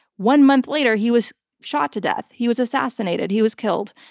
one month later, he was shot to death. he was assassinated. he was killed.